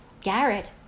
Garrett